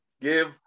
give